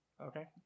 Okay